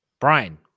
Brian